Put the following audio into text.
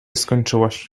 skończyłaś